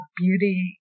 beauty